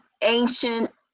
ancient